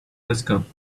telescope